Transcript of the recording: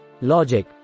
Logic